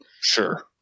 Sure